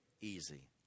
easy